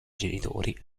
genitori